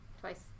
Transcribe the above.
twice